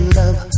love